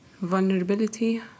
Vulnerability